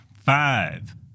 five